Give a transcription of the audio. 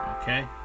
okay